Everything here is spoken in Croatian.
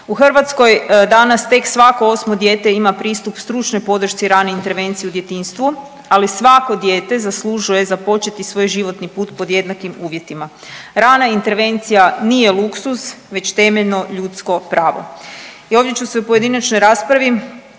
U Hrvatskoj danas tek svako 8. dijete ima pristup stručnoj podršci i ranoj intervenciji u djetinjstvu, ali svako dijete zaslužuje započeti svoj životni put pod jednakim uvjetima. Rana intervencija nije luksuz već temeljno ljudsko pravo. I ovdje ću se u pojedinačnoj raspravi